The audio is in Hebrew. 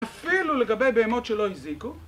אפילו לגבי בהמות שלא הזיקו